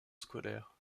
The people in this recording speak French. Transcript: scolaire